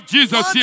Jesus